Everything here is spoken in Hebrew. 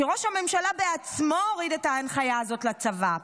שראש הממשלה בעצמו הוריד את ההנחיה הזו לצבא.